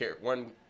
one